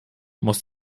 muss